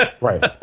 Right